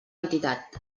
entitat